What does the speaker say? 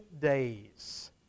days